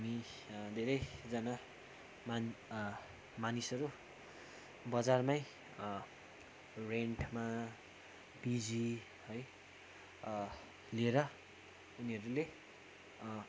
अनि धेरैजना मान् मानिसहरू बजारमै रेन्टमा पिजी है लिएर उनीहरूले